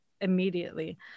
immediately